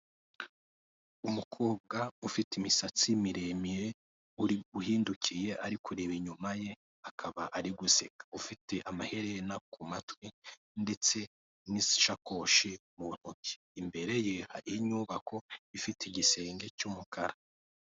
Umukobwa ufite imisatsi miremire uhindukiye ari kureba inyuma ye akaba ari guseka ufite amaherena ku matwi, Ndetse n'ishakoshi mu ntoki imbere ye hari y inyubako ifite igisenge cy'umukara.